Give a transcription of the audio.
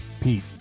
Pete